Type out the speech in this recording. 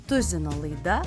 tuzino laida